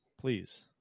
please